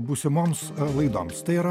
būsimoms laidoms tai yra